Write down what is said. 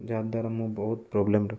ଯାହାଦ୍ୱାରା ମୁଁ ବହୁତ ପ୍ରୋବ୍ଲେମ୍ରେ